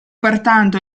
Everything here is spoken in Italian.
pertanto